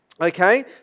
Okay